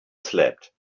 slept